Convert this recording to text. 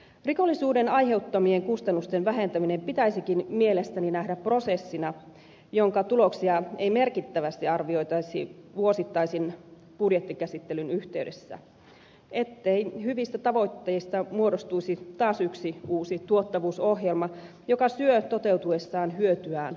rikollisuuden aiheuttamien kustannusten vähentäminen pitäisikin mielestäni nähdä prosessina jonka tuloksia ei merkittävästi arvioitaisi vuosittaisen budjettikäsittelyn yhteydessä ettei hyvistä tavoitteista muodostuisi taas yksi uusi tuottavuusohjelma joka syö toteutuessaan hyötyään laajemmat eväät